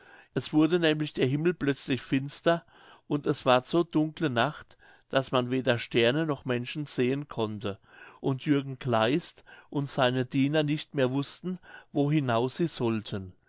es wurde nämlich der himmel plötzlich finster und es ward so dunkele nacht daß man weder sterne noch menschen sehen konnte und jürgen kleist und seine diener nicht mehr wußten wo hinaus sie sollten